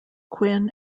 quinn